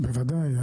בוודאי.